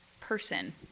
person